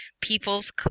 people's